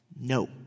No